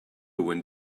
when